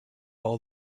all